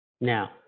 Now